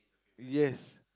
yes